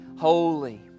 holy